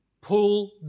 pull